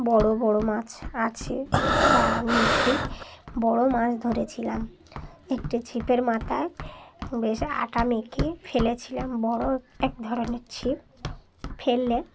বড়ো বড়ো মাছ আছে বা আমি একটি বড়ো মাছ ধরেছিলাম একটি ছিপের মাথায় বেশ আটা মেখে ফেলেছিলাম বড়ো এক ধরনের ছিপ ফেললে